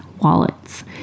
wallets